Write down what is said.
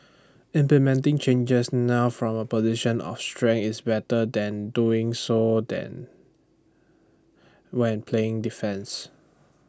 implementing changes now from A position of strength is better than doing so than when playing defence